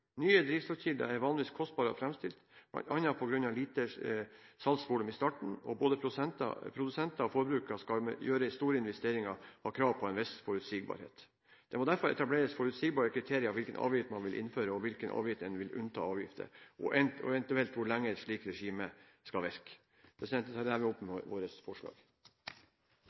Nye drivstoffkilder er vanligvis kostbare å framstille, bl.a. på grunn av lite salgsvolum i starten, og både produsenter og forbrukere som skal gjøre store investeringer, har krav på en viss forutsigbarhet. Det må derfor etableres forutsigbare kriterier for hvilke avgifter man vil innføre, og hva en vil unnta avgifter, og eventuelt hvor lenge et slikt regime skal virke. Jeg tar herved opp Fremskrittspartiets forslag.